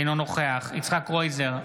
אינו נוכח יצחק קרויזר,